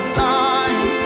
time